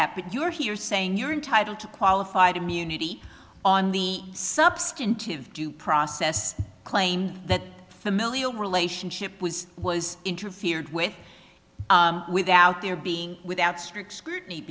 that but you're here saying you're entitled to qualified immunity on the substantive due process claimed that familial relationship was was interfered with without there being without strict scrutiny